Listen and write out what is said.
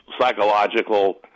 psychological